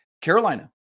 Carolina